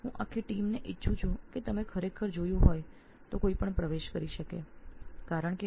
હું ઈચ્છીશ કે આખી ટીમમાંથી જે કોઈએ પણ જોયું હોય તે ખરેખર શામેલ થઇ શકે